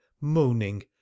moaning